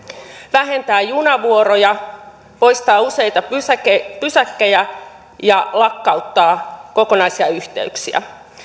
vähentää junavuoroja poistaa useita pysäkkejä pysäkkejä ja lakkauttaa kokonaisia yhteyksiä